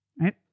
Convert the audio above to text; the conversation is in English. right